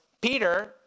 Peter